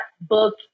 book